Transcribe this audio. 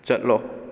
ꯆꯠꯂꯣ